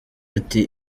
ati